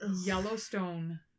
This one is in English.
Yellowstone